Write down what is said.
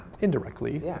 indirectly